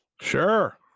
Sure